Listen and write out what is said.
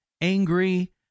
angry